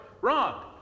Wrong